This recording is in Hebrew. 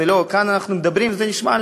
כאן אנחנו מדברים וזה נשמע,